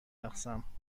رقصم